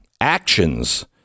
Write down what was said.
actions